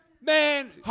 man